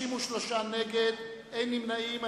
63 נגד, אין נמנעים.